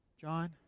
John